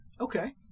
Okay